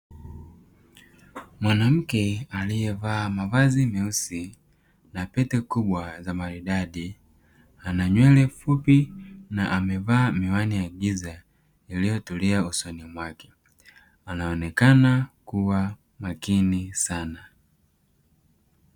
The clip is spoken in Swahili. Mwanamke aliyevaa mavazi meusi na pete kubwa za maridadi, ana nywele fupi na amevaa miwani ya giza, iliyotulia usoni mwake; anaonekana kuwa makini sana.